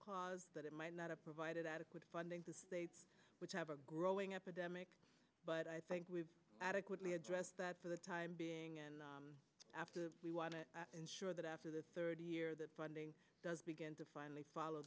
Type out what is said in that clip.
clause that it might not a provide adequate funding to states which have a growing epidemic but i think we've adequately addressed that for the time being and after that we want to ensure that after the thirty year that funding does begin to finally follow